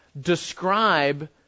describe